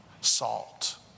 Salt